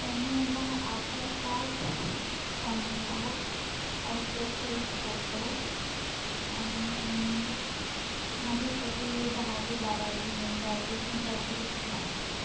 त्यांनी मला Aadhaar card PAN card passport size photo आणि माझे सगळे दहावी बारावी आणि ग्रॅजुएशन सर्टिफिकेट मागितलं आहे